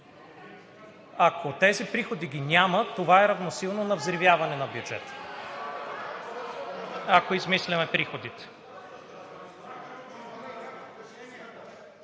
Ако тези приходи ги няма, това е равносилно на взривяване на бюджета – ако измисляме приходите.